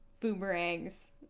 boomerangs